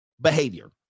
behavior